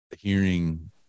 Hearing